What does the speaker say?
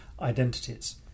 identities